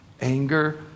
Anger